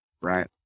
right